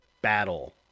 battle